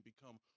become